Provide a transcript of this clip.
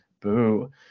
Boo